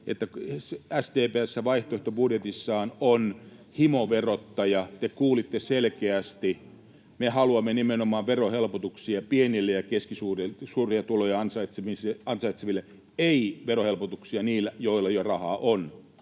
että SDP on vaihtoehtobudjetissaan himoverottaja. Te kuulitte selkeästi: me haluamme nimenomaan verohelpotuksia pieniä ja keskisuuria tuloja ansaitseville, ei verohelpotuksia niille, joilla jo rahaa on,